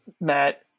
Matt